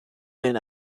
been